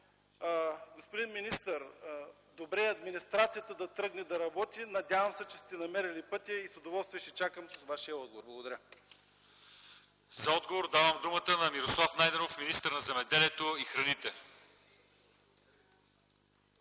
господин министър, добре е администрацията да тръгне да работи. Надявам се, че сте намерили пътя и с удоволствие ще чакам Вашия отговор. Благодаря. ПРЕДСЕДАТЕЛ ЛЪЧЕЗАР ИВАНОВ: За отговор давам думата на Мирослав Найденов – министър на земеделието и храните.